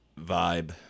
vibe